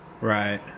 Right